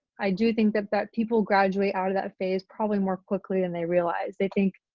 i do think that that people graduate out of that phase probably more quickly than they realise. they think